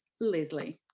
Leslie